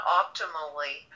optimally